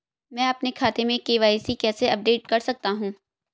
मैं अपने बैंक खाते में के.वाई.सी कैसे अपडेट कर सकता हूँ?